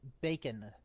Bacon